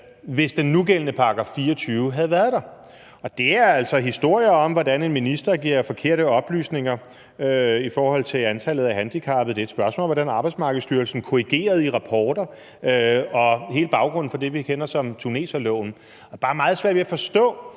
hvis den nugældende § 24 havde været der. Og det er altså historier om, hvordan en minister gav forkerte oplysninger om antallet af handicappede, spørgsmålet om, hvordan Arbejdsmarkedsstyrelsen korrigerede i rapporter, og hele baggrunden for det, vi kender som tuneserloven. Jeg har bare meget svært ved at forstå,